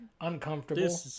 uncomfortable